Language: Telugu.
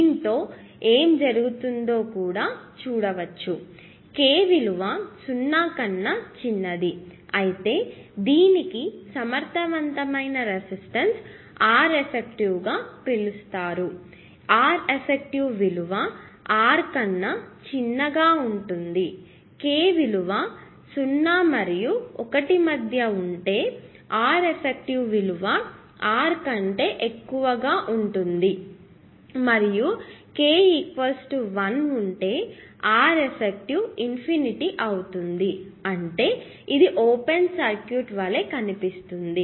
దీంతో ఏమి జరుగుతుందో కూడా మీరు చూడవచ్చు k విలువ 0 కన్నా చిన్నది అయితే దీనికి సమర్థవంతమైన రెసిస్టెన్స్ Reffective గా పిలుస్తాను Reffective విలువ R కన్నా చిన్నగా ఉంటుంది k విలువ 0 మరియు 1 మధ్య ఉంటే Reffective విలువ R కంటే ఎక్కువగా ఉంటుంది మరియు k 1 ఉంటే Reffective ఇన్ఫినిటీ అవుతుంది అంటే ఇది ఓపెన్ సర్క్యూట్ వలే కనిపిస్తుంది